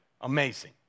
Amazing